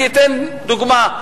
אני אתן דוגמה: